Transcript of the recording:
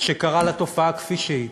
שקרא לתופעה כפי שהיא.